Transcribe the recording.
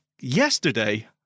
Yesterday